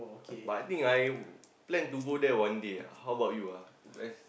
but I think I plan to go there one day ah how bout you ah where's